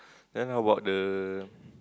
then how bout the